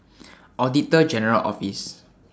Auditor General Office